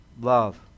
Love